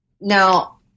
Now